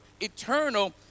eternal